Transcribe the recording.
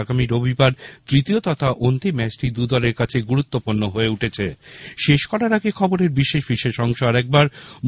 আগামী রবিবার তৃতীয় তথা অন্তিম ম্যাচটি দু দলের কাছেই গুরুত্বপূর্ণ হয়ে উঠেছে